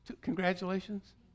Congratulations